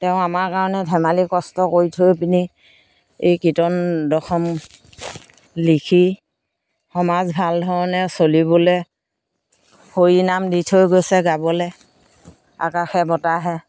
তেওঁ আমাৰ কাৰণে ধেমালি কষ্ট কৰি থৈ পিনি এই কীৰ্তন দশম লিখি সমাজ ভাল ধৰণে চলিবলৈ হৰি নাম দি থৈ গৈছে গাবলৈ আকাশে বতাহে